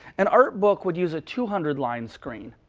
an art book would use a two hundred line screen.